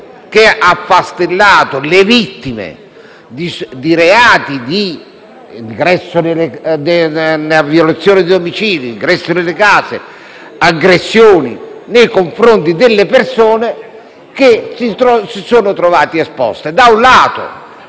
che hanno affastellato le vittime di reati di violazione di domicilio, ingresso nelle case e aggressione, persone che si sono trovate esposte,